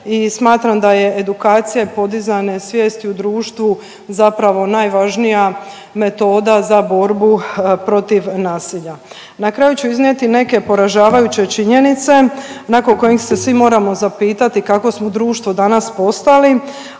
smatram da je edukacija i podizanje svijesti u društvu zapravo najvažnija metoda za borbu protiv nasilja. Na kraju ću iznijeti neke poražavajuće činjenice nakon kojih se svi moramo zapitati kakvo smo društvo danas postali,